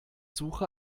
suche